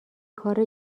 کار